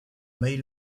may